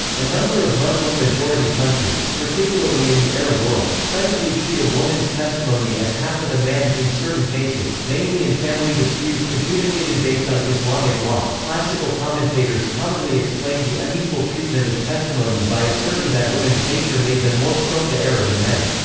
a number of muslim-majority countries, particularly in the arab world, presently treat a woman's testimony as half of a man's in certain cases, mainly in family disputes adjudicated based on islamic law classical commentators commonly explained the unequal treatment of testimony by asserting that women's nature made them more prone to error than men.